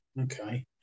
okay